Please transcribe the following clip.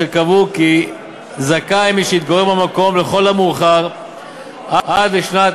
אשר קבעו כי זכאי הוא מי שהתגורר במקום לכל המאוחר עד שנת